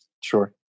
Sure